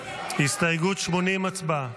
הסתייגות 80 לא נתקבלה.